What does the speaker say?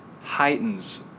heightens